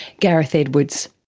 gareth edwards.